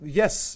yes